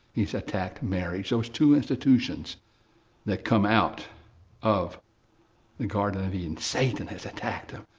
he's attacked marriage, those two institutions that come out of the garden of eden. satan has attacked them.